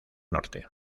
norte